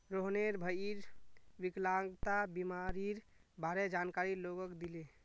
रोहनेर भईर विकलांगता बीमारीर बारे जानकारी लोगक दीले